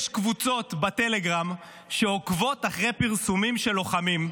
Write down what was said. יש קבוצות בטלגרם שעוקבות אחרי פרסומים של לוחמים,